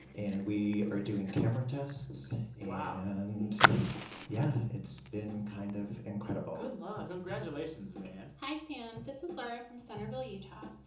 and we are doing camera tests wow and yeah, it's been kind of incredible good luck congratulations, man hi, sam. this is laura from centerville, utah.